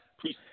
Please